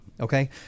Okay